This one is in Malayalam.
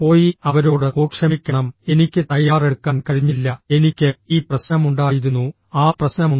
പോയി അവരോട് ഓ ക്ഷമിക്കണം എനിക്ക് തയ്യാറെടുക്കാൻ കഴിഞ്ഞില്ല എനിക്ക് ഈ പ്രശ്നമുണ്ടായിരുന്നു ആ പ്രശ്നമുണ്ട്